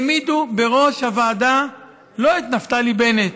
העמידו בראש הוועדה לא את נפתלי בנט,